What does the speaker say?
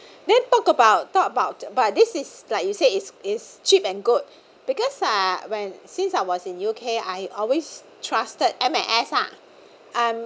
then talk about talk about but this is like you said is is cheap and good because uh when since I was in U_K I always trusted M and S ah um